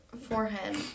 forehead